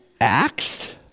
Acts